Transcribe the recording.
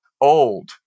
old